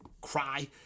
cry